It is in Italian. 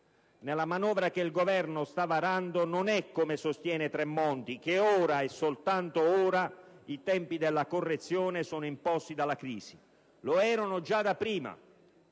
nella manovra che il Governo sta varando non è, come sostiene Tremonti, che ora e soltanto ora i tempi delle correzione sono imposti dalla crisi. Lo erano già da prima!